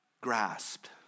grasped